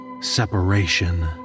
Separation